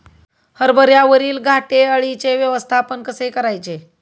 हरभऱ्यावरील घाटे अळीचे व्यवस्थापन कसे करायचे?